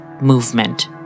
movement